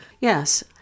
Yes